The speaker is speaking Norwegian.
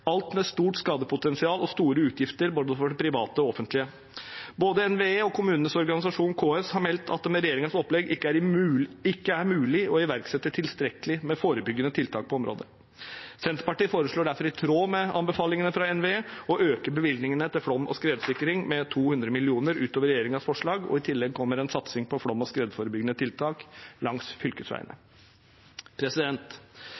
alt med stort skadepotensial og store utgifter for både det private og det offentlige. Både NVE og kommunenes organisasjon, KS, har meldt at det med regjeringens opplegg ikke er mulig å iverksette tilstrekkelig med forebyggende tiltak på området. Senterpartiet foreslår derfor, i tråd med anbefalingene fra NVE, å øke bevilgningene til flom- og skredsikring med 200 mill. kr utover regjeringens forslag. I tillegg kommer en satsing på flom- og skredforebyggende tiltak langs